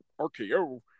RKO